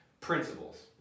principles